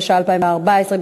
התשע"ה 2014,